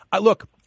look